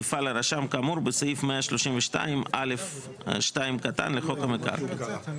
יפעל הרשם כאמור בסעיף 132א(2) לחוק המקרקעין.".